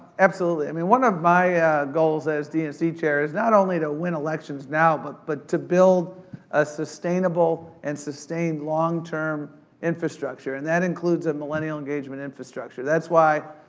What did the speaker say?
absolutely, i mean, one of my goals as dnc chair is not only to win elections now but but to build a sustainable, and sustained long-term infrastructure, and that includes a millennial-engagement infrastructure. that's why,